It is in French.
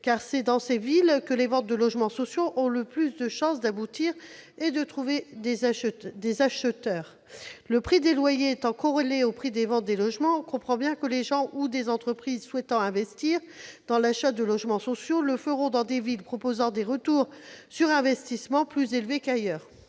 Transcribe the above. car c'est dans ces villes que les ventes de logements sociaux ont le plus de chance d'aboutir. Les loyers étant corrélés au prix de vente des logements, on comprend bien que des personnes ou des entreprises souhaitant investir dans l'achat de logements sociaux le feront dans des villes permettant de bons retours sur investissement. Ces villes-